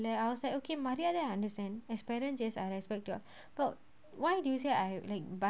I was like okay maria there I understand as parents yes I respect you all but why do you say I